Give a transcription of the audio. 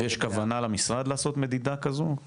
יש כוונה למשרד לעשות מדידה כזו?